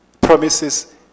promises